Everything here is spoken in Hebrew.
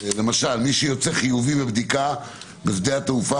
מי שיוצא חיובי בבדיקה בשדה התעופה,